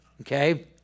okay